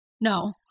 No